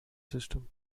system